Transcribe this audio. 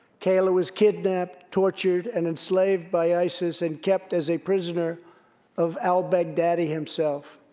kayla was kidnapped, tortured, and enslaved by isis, and kept as a prisoner of al-baghdadi himself.